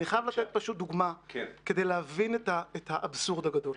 אני חייב לתת פשוט דוגמה כדי להבין את האבסורד הגדול.